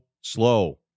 slow